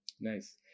Nice